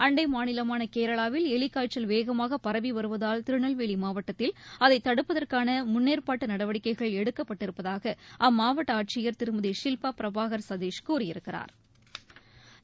அண்டை மாநிலமான கேரளாவில் எலிக்காய்ச்சல் வேகமாக பரவி வருவதாகல் திருநெல்வேலி மாவட்டத்தில் அதை தடுப்பதற்கான முன்னேற்பாட்டு நடவடிக்ககைகள் எடுக்கப்பட்டிருப்பதாக அம்மாவட்ட ஆட்சியா் திருமதி சில்பா பிரபாகா் சதிஷ் கூறியிருக்கிறாா்